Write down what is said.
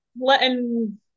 letting